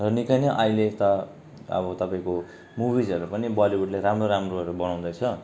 र निकै नै अहिले त अब तपाईँको मुविजहरू पनि बलिउडले राम्रो राम्रोहरू बनाउँदै छ